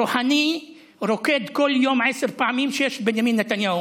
רוחאני רוקד כל יום עשר פעמים שיש בנימין נתניהו.